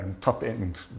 top-end